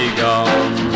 gone